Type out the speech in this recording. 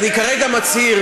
אני כרגע מצהיר,